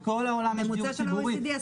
בכל העולם יש דיור ציבורי.